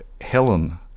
Helen